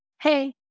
hey